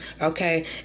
Okay